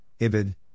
Ibid